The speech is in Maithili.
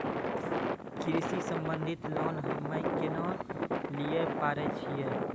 कृषि संबंधित लोन हम्मय केना लिये पारे छियै?